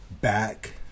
back